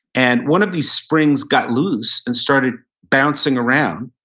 and one of these springs got loose and started bouncing around.